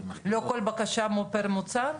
לא כל בקשה היא פר מוצר?